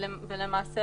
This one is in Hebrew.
למעשה